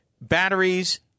Batteries